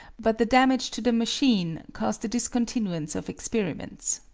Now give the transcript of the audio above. but the damage to the machine caused a discontinuance of experiments.